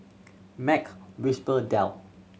Mac Whisper Dell